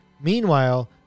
Meanwhile